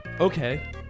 Okay